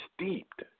steeped